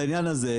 לעניין הזה,